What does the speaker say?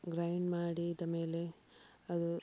grind ಮಾಡಿದ ಮೇಲೆ ಅದು